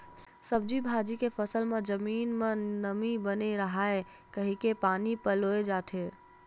सब्जी भाजी के फसल म जमीन म नमी बने राहय कहिके पानी पलोए जाथे